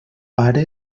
pare